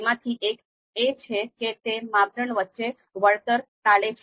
તેમાંથી એક એ છે કે તે માપદંડ વચ્ચે વળતર ટાળે છે